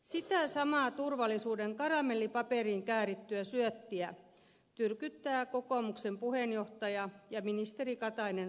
sitä samaa turvallisuuden karamellipaperiin käärittyä syöttiä tyrkyttää kokoomuksen puheenjohtaja ministeri katainen suomelle